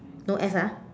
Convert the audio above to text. no S ah